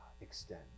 extend